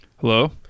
Hello